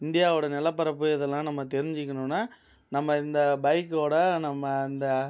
இந்தியாவோட நிலப்பரப்பு இதெல்லாம் நம்ம தெரிஞ்சுக்கணும்னா நம்ம இந்த பைக்கோட நம்ம அந்த